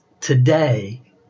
today